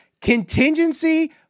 contingency